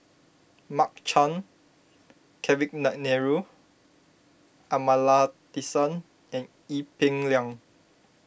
Mark Chan Kavignareru Amallathasan and Ee Peng Liang